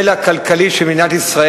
ויראה את הפלא הכלכלי של מדינת ישראל,